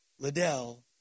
Liddell